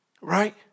right